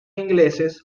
ingleses